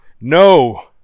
No